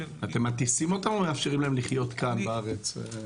מטיסים אותם או מאפשרים להם לחיות כאן בארץ?